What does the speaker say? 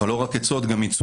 אבל לא רק עצות, גם ייצוגים.